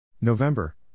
November